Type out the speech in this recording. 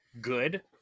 good